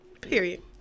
period